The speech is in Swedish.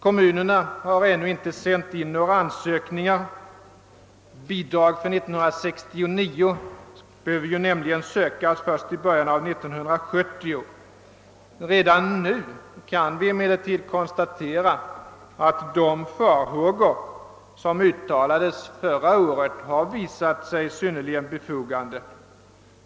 : Kommunerna har ännu inte sänt in några ansökningar om bidrag. Bidrag för 1969 behöver nämligen inte sökas förrän i början av 1970. Redan nu kan vi emellertid konstatera, att de farhågor som uttalades förra året visat sig synnerligen befogade.